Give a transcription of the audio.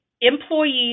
Employees